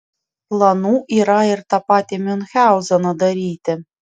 planų yra ir tą patį miunchauzeną daryti